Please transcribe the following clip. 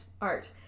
art